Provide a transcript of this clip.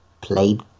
played